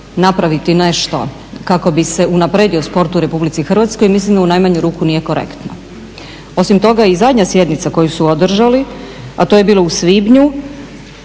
napraviti nešto kako bi se unaprijedio sport u Republici Hrvatskoj mislim da u najmanju ruku nije korektno. Osim toga i zadnja sjednica koju su održali a to je bilo u svibnju